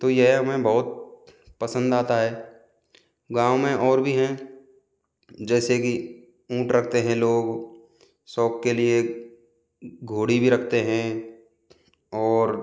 तो यह हमें बहुत पसंद आता है गाँव में और भी हैं जैसे की ऊँठ रखते हैं लोग शौक के लिये घोड़ी भी रखते हैं और